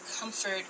comfort